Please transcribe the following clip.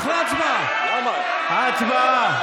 אחרי ההצבעה.